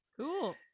cool